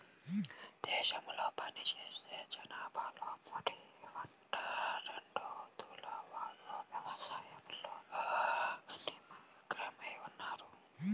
దేశంలో పనిచేసే జనాభాలో మూడింట రెండొంతుల వారు వ్యవసాయంలో నిమగ్నమై ఉన్నారు